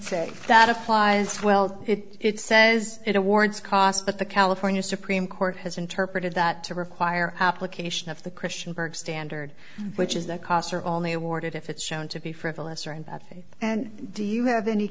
say that applies well it says it awards cost but the california supreme court has interpreted that to require application of the christian burke standard which is that costs are only awarded if it's shown to be frivolous or in bad faith and do you have any